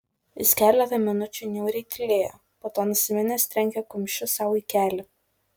jis keletą minučių niūriai tylėjo po to nusiminęs trenkė kumščiu sau į kelį